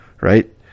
right